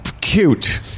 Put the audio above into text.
cute